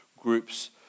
groups